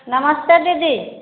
नमस्ते दीदी